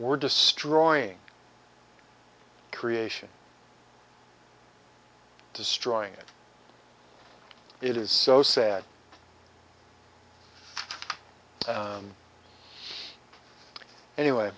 we're destroying creation destroying it it is so sad anyway